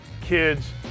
kids